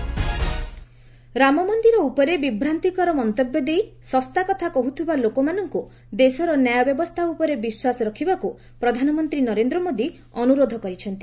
PN Nashik Ram Mandir ଉପରେ ବିଭ୍ରାନ୍ତିକର ମନ୍ତବ୍ୟ ଦେଇ ଶସ୍ତା କଥା କହୁଥିବା ଲୋକମାନଙ୍କୁ ଦେଶର ନ୍ୟାୟ ବ୍ୟବସ୍ଥା ଉପରେ ବିଶ୍ୱାସ ରଖିବାକୁ ପ୍ରଧାନମନ୍ତ୍ରୀ ନରେନ୍ଦ୍ର ମୋଦୀ ଅନୁରୋଧ କରିଛନ୍ତି